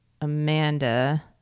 Amanda